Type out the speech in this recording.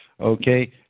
okay